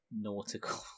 nautical